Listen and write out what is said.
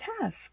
task